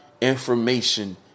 Information